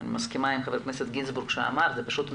אני מסכימה עם ח"כ גינזבורג שאמר שזה פשוט מחדל.